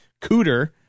cooter